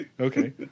Okay